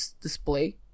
display